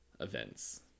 events